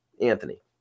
Anthony